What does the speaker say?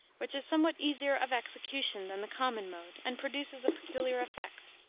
which is somewhat easier of execution than the common mode, and produces a peculiar effect.